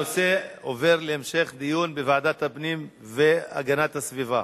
הנושא עובר להמשך דיון לוועדת הפנים והגנת הסביבה.